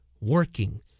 working